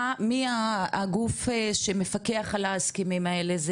מי הגוף שמפקח על ההסכמים האלה?